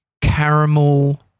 caramel